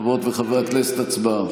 הצעת ועדת הכנסת להעביר